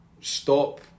stop